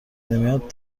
نمیاد